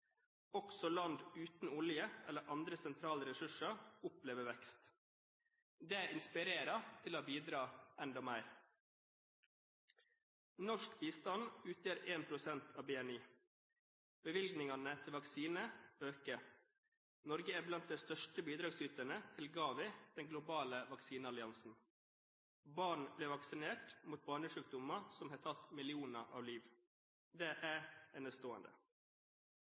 Også land uten olje eller andre sentrale ressurser opplever vekst. Det inspirerer til å bidra enda mer. Norsk bistand utgjør 1 pst. av BNI. Bevilgningene til vaksiner øker. Norge er blant de største bidragsyterne til GAVI, den globale vaksinealliansen. Barn blir vaksinert mot barnesykdommer som har tatt millioner av liv. Det er enestående.